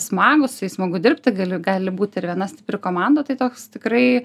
smagūs su jais smagu dirbti gali gali būti ir viena stipri komanda tai toks tikrai